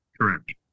Correct